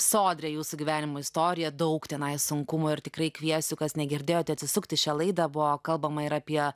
sodrią jūsų gyvenimo istoriją daug tenai sunkumo ir tikrai kviesiu kas negirdėjote atsisukti šią laidą buvo kalbama ir apie